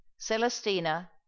celestina